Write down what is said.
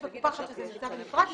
יש קופה אחת שזה נמצא בנפרד,